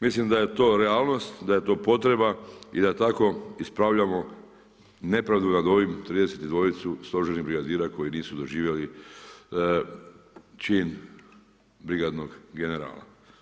Mislim da je to realnost, da je to potreba i da tako ispravljamo nepravdu nad ovim 32 stožerna brigadira koji nisu doživjeli čin brigadnog generala.